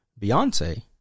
Beyonce